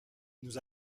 nous